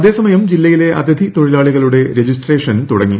അതേ സമയം ജില്ലയിലെ അതിഥി തൊഴിലാളികളുടെ രജിസ്ട്രേഷൻ തുടങ്ങി